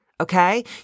Okay